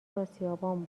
اسیابان